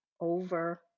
over